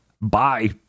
Bye